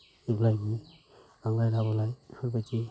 जेब्लायबो लांलाय लाबोलाय बेफोरबायदि